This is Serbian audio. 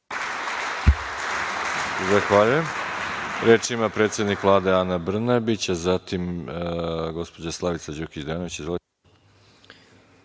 Hvala